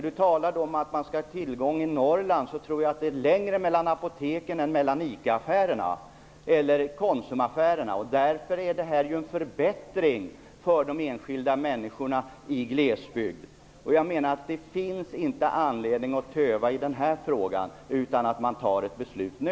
Bo Holmberg talar om tillgången i Norrland. Men jag tror att det är längre mellan apoteken än mellan ICA och Konsumaffärerna. Därför är detta en förbättring för de enskilda människorna i glesbygd. Jag menar att det inte finns anledning att töva i denna fråga. Vi bör fatta beslut nu.